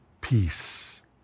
peace